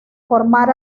formar